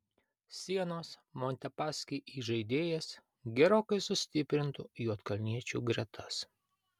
sienos montepaschi įžaidėjas gerokai sustiprintų juodkalniečių gretas